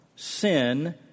sin